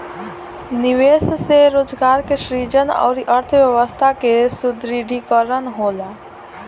निवेश करे से रोजगार के सृजन अउरी अर्थव्यस्था के सुदृढ़ीकरन होला